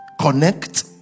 connect